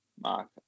Mark